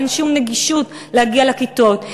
אין שום נגישות להגיע לכיתות.